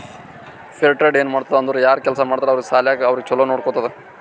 fair trade ಏನ್ ಮಾಡ್ತುದ್ ಅಂದುರ್ ಯಾರ್ ಕೆಲ್ಸಾ ಮಾಡ್ತಾರ ಅವ್ರ ಸಲ್ಯಾಕ್ ಅವ್ರಿಗ ಛಲೋ ನೊಡ್ಕೊತ್ತುದ್